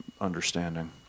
understanding